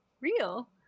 real